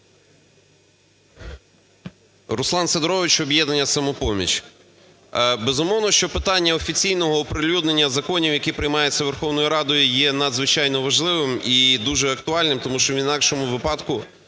Руслан Сидорович, "Об'єднання "Самопоміч". Безумовно, що питання офіційного оприлюднення законів, які приймаються Верховною Радою, є надзвичайно важливим і дуже актуальним, тому що в інакшому випадку